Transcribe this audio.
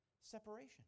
separation